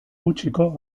gutxiko